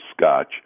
scotch